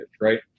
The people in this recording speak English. right